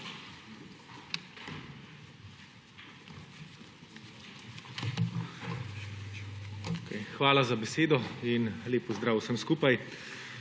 Hvala za besedo. Lep pozdrav vsem skupaj!